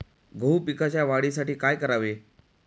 गहू पिकाच्या वाढीसाठी काय करावे?